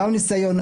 גם ניסיון,